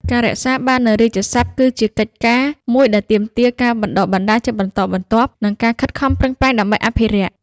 ការរក្សាបាននូវរាជសព្ទ គឺជាកិច្ចការមួយដែលទាមទារការបណ្តុះបណ្តាលជាបន្តបន្ទាប់ និងការខិតខំប្រឹងប្រែងដើម្បីអភិរក្ស។